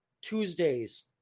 Tuesdays